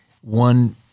one